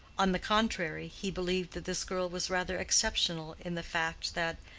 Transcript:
on the contrary, he believed that this girl was rather exceptional in the fact that,